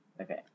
Okay